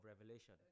revelation